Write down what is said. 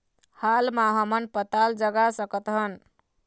हाल मा हमन पताल जगा सकतहन?